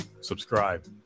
subscribe